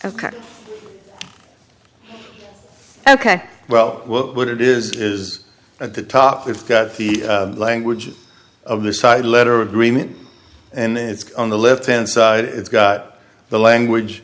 ok ok well what it is is at the top it's got the language of the side letter agreement and it's on the left hand side it's got the language